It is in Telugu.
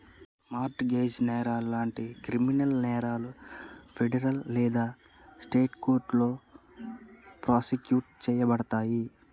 మార్ట్ గేజ్ నేరాలు లాంటి క్రిమినల్ నేరాలు ఫెడరల్ లేదా స్టేట్ కోర్టులో ప్రాసిక్యూట్ చేయబడతయి